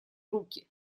руки